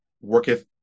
worketh